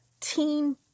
teen